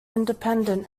independent